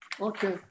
Okay